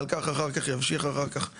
ועל כך אחר כך ימשיך אחר כך המנכ"ל.